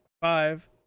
five